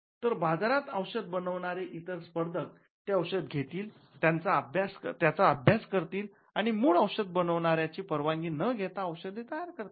तर बाजारात औषध बनवणारे इतर स्पर्धक ते औषध घेतील त्यांचा अभ्यास करतील आणि मूळ औषध बनवणाऱ्याची परवानगी न घेता औषधे तयार करतील